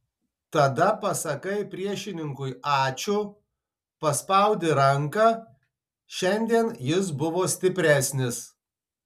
tada pasakai priešininkui ačiū paspaudi ranką šiandien jis buvo stipresnis